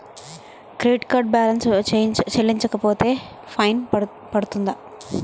Credit card balance చెల్లించకపోతే fine పడ్తుంద?